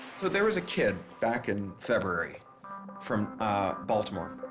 so there was a kid, back in feburary from baltimore.